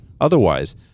otherwise